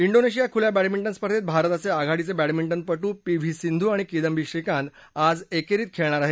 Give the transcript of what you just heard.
डोनेशिया खुल्या बॅडमिंटन स्पर्धेत भारताचे आघाडीचे बॅडमिंटनपटू पी व्ही सिंधू आणि किदंबी श्रीकांत आज एकेरीत खेळणार आहेत